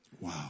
Wow